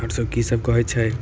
आर सब की सब कहै छै